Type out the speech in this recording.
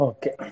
Okay